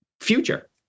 future